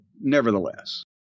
nevertheless